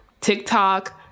tiktok